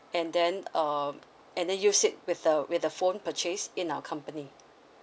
and then um and then use it with the with the phone purchase in our company